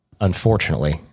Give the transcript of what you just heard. Unfortunately